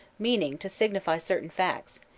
meaning to signify certain facts,